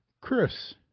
Chris